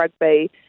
rugby